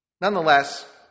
Nonetheless